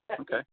Okay